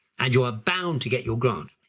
and you are bound to get your grant.